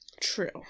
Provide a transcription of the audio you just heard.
True